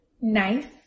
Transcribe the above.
nice